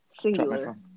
Singular